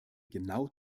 genau